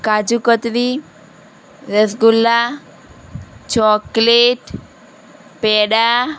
કાજુ katri rasgulla chocolate પેડા